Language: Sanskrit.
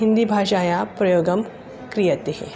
हिन्दीभाषायाः प्रयोगं क्रियते